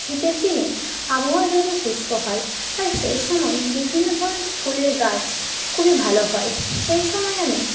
শীতের দিনে আবহাওয়া যেহেতু শুষ্ক হয় তাই সেই সময়ে বিভিন্ন ধরনের ফুলের গাছ খুবই ভালো হয় সেই সময় আমি